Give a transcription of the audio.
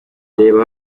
reba